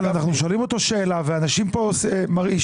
אבל אנחנו שואלים אותו שאלה ואנשים פה מרעישים,